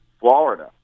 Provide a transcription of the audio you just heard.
Florida